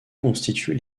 constituent